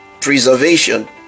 preservation